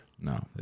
No